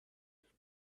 but